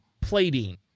plating